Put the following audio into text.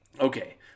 Okay